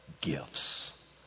gifts